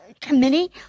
committee